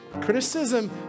Criticism